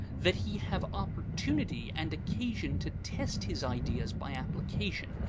that he have opportunity and occasion to test his ideas by application,